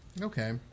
Okay